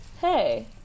hey